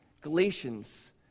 Galatians